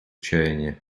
чаяния